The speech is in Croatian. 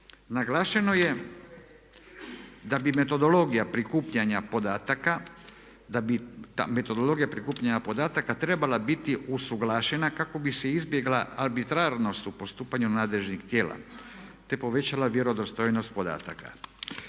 Naglašeno je da bi metodologija prikupljanja podataka trebala biti usuglašena kako bi se izbjegla arbitrarnost u postupanju nadležnih tijela, te povećala vjerodostojnost podataka.